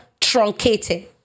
truncated